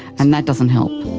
and that doesn't help.